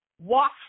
walk